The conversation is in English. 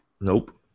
Nope